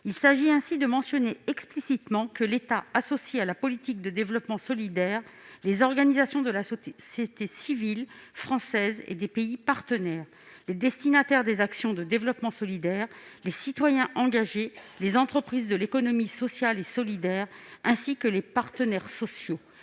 Il s'agit ainsi de mentionner explicitement que l'État associe à la politique de développement solidaire les organisations de la société civile française et des pays partenaires, les destinataires des actions de développement solidaire, les citoyens engagés, les entreprises de l'économie sociale et solidaire, ainsi que les partenaires sociaux.